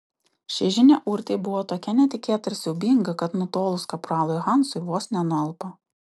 ši žinia urtei buvo tokia netikėta ir siaubinga kad nutolus kapralui hansui vos nenualpo